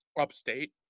upstate